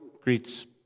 greets